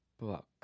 book